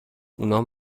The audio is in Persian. اونام